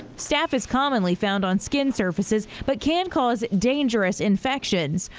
staph is commonly found on skin surfaces but can cause dangerous infections.